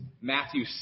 Matthew